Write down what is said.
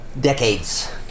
Decades